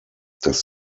dass